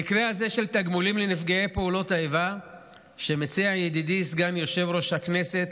המקרה הזה של תגמולים לנפגעי פעולות האיבה שמציע ידידי סגן יו"ר הכנסת,